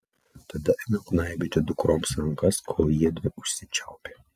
tada ėmiau gnaibyti dukroms rankas kol jiedvi užsičiaupė